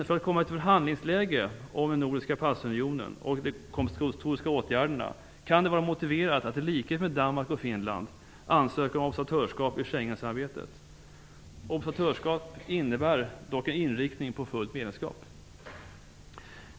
För att komma i ett förhandlingsläge om den nordiska passunionen och de kompensatoriska åtgärderna kan det vara motiverat att, i likhet med Danmark och Finland, ansöka om observatörsskap i Schengensamarbetet. Observatörsskap innebär dock en inriktning på fullt medlemskap.